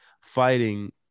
fighting